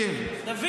גם אני.